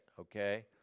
Okay